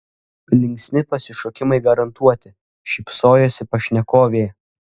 linksmi pasišokimai garantuoti šypsojosi pašnekovė